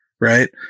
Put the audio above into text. Right